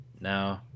No